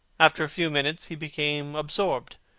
after a few minutes he became absorbed.